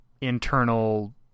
internal